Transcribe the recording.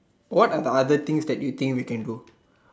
what are the other things that you think we can do